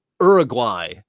Uruguay